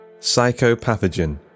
Psychopathogen